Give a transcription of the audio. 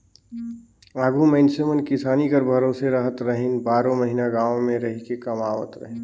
आघु मइनसे मन किसानी कर भरोसे रहत रहिन, बारो महिना गाँव मे रहिके कमावत रहिन